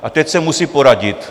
A teď se musí poradit.